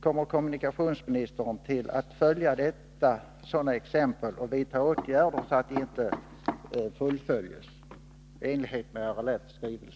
Kommer kommunikationsministern i detta fall att följa bestämmelserna och vidta åtgärder, så att dessa planer inte fullföljs, bl.a. i enlighet med LRF:s skrivelse?